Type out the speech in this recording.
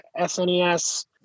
SNES